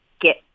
get